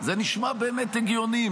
זה נשמע באמת הגיוני,